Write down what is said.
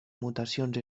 mutacions